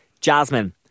Jasmine